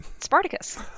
Spartacus